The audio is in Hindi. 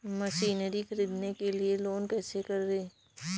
मशीनरी ख़रीदने के लिए लोन कैसे करें?